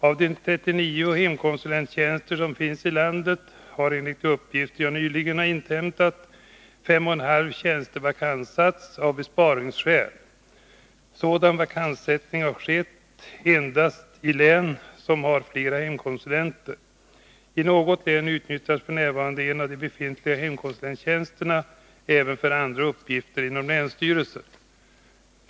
Av de 39 hemkonsulenttjänster som finns i landet har enligt de uppgifter jag nyligen har inhämtat fem och en halv tjänst vakantsatts av besparingsskäl. Sådan vakantsättning har skett endast i län som har flera hemkonsulenttjänster. I något län utnyttjas f. n. en av de befintliga hemkonsulenttjänsterna även för andra uppgifter inom länsstyrelsen.